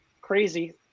crazy